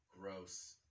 gross